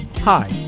Hi